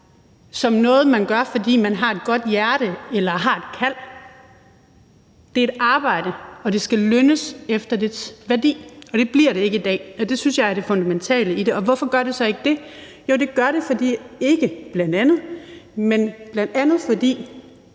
som noget, man gør, fordi man har et godt hjerte eller har et kald. Det er et arbejde, og det skal lønnes efter dets værdi, og det bliver det ikke i dag, og det synes jeg er det fundamentale i det. Og hvorfor gør det så ikke det? Jo, det gør det bl.a. ikke, fordi tjenestemandsreformen